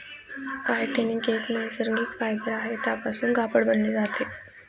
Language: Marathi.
कायटीन एक नैसर्गिक फायबर आहे त्यापासून कापड बनवले जाते